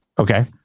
okay